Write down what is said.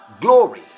Glory